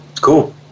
Cool